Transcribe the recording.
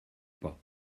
pas